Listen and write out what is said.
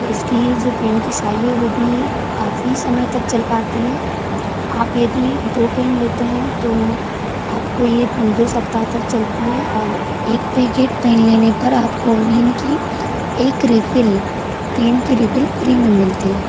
इसकी जो पेन की स्याई है वो भी काफ़ी समय तक चल पाती है आप यदि दो पेन लेते हैं तो आपको ये दो सप्ताह तक चलती है और एक पैकेट पेन लेने पर आपको विन की एक रीफिल पेन की रीफिल फ्री में मिलती है